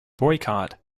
boycott